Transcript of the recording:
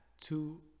two